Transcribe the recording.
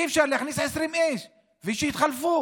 אי- אפשר להכניס 20 איש, ושיתחלפו?